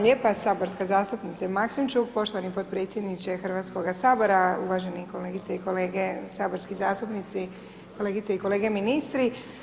Hvala lijepo saborska zastupnice Maksimčuk, poštovani potpredsjedniče Hrvatskog sabora, uvažene kolegice i kolege saborski zastupnici, kolegice i kolege ministri.